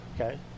Okay